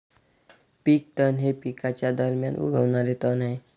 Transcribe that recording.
पीक तण हे पिकांच्या दरम्यान उगवणारे तण आहे